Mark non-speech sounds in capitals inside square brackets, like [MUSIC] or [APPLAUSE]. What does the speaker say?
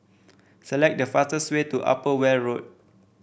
select the [UNINTELLIGIBLE] way to Upper Weld Road